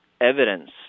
evidence